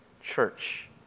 Church